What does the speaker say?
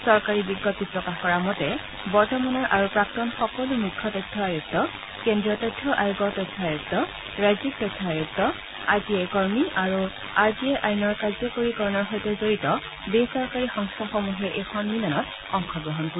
চৰকাৰী বিজ্ঞপ্তিত প্ৰকাশ কৰা মতে বৰ্তমানৰ আৰু প্ৰাক্তন সকলো মুখ্য তথ্য আয়ুক্ত কেন্দ্ৰীয় তথ্য আয়োগৰ তথ্য আয়ুক্ত ৰাজ্যিক তথ্য আয়ুক্ত আৰ টি আই কৰ্মী আৰু আৰ টি আই আইনৰ কাৰ্যকৰীকৰণৰ সৈতে জড়িত বে চৰকাৰী সংস্থাসমূহে এই সন্মিলনত অংশগ্ৰহণ কৰিব